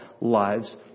lives